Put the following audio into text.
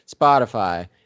Spotify